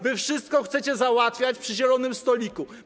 Wy wszystko chcecie załatwiać przy zielonym stoliku.